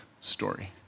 story